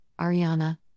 Ariana